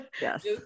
Yes